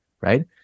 right